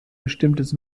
bestimmtes